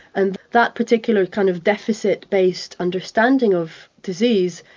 and that particular kind of deficit-based understanding of disease,